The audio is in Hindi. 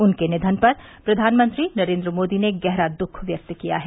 उनके निधन पर प्रधानमंत्री नरेन्द्र मोदी ने गहरा दुखः व्यक्त किया है